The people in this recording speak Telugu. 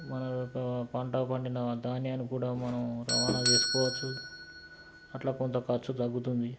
మన పంట పండిన ధాన్యాన్ని కూడా మనం రవాణా చేసుకోవచ్చు అట్లా కొంత ఖర్చు తగ్గుతుంది